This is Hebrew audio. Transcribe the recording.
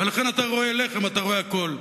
ולכן, אתה רואה לחם, אתה רואה הכול.